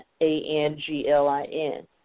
A-N-G-L-I-N